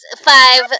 five